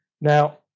Now